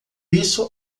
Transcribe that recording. isso